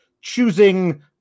choosing